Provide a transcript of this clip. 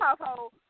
household